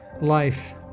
Life